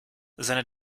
seine